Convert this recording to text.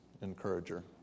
encourager